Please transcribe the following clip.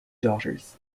daughters